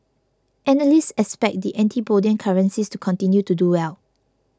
analysts expect the antipodean currencies to continue to do well